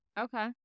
Okay